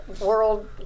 world